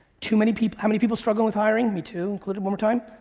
too many people, how many people struggle with hiring? me too, included, one more time.